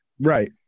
Right